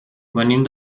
venim